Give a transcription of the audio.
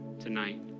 tonight